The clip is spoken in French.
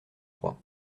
trois